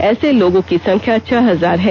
ऐसे लोगों की संख्या छह हजार है